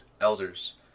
elders